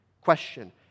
Question